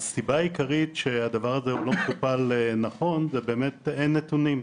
הסיבה העיקרית שהדבר הזה לא מטופל נכון היא שבאמת אין נתונים.